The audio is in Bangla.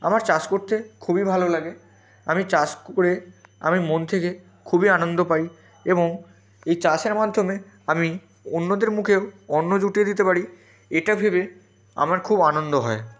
আমার চাষ করতে খুবই ভালো লাগে আমি চাষ করে আমি মন থেকে খুবই আনন্দ পাই এবং এই চাষের মাধ্যমে আমি অন্যদের মুখেও অন্ন জুটিয়ে দিতে পারি এটা ভেবে আমার খুব আনন্দ হয়